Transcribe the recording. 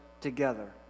together